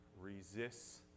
resists